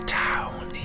town